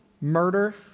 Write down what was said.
murder